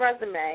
resume